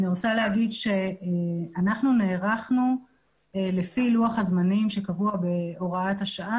אני רוצה לומר שאנחנו נערכנו לפי לוח הזמנים שקבוע בהוראת השעה,